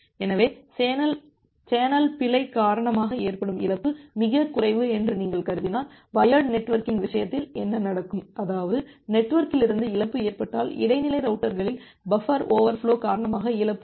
எனவே சேனல் பிழை காரணமாக ஏற்படும் இழப்பு மிகக் குறைவு என்று நீங்கள் கருதினால் வயர்டு நெட்வொர்க்கின் விஷயத்தில் என்ன நடக்கும் அதாவது நெட்வொர்க்கிலிருந்து இழப்பு ஏற்பட்டால் இடைநிலை ரவுட்டர்களில் பஃபர் ஓவர்ஃபோலோ காரணமாக இழப்பு வரும்